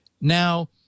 now